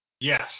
Yes